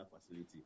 facility